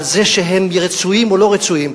על זה שהם רצויים או לא רצויים,